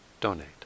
donate